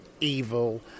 evil